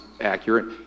accurate